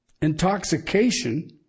intoxication